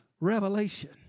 revelation